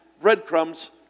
breadcrumbs